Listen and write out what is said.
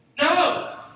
No